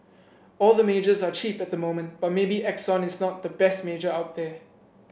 all the majors are cheap at the moment but maybe Exxon is not the best major out there